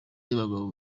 y’abagabo